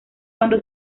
cuando